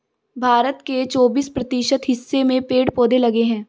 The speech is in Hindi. भारत के चौबिस प्रतिशत हिस्से में पेड़ पौधे लगे हैं